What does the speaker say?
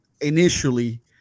initially